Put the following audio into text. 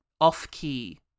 Off-key